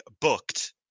booked